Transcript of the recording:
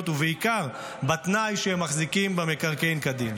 ובעיקר בתנאי שהם מחזיקים במקרקעין כדין,